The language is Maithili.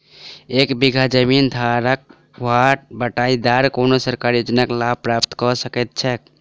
की एक बीघा जमीन धारक वा बटाईदार कोनों सरकारी योजनाक लाभ प्राप्त कऽ सकैत छैक?